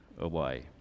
away